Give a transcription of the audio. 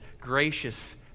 gracious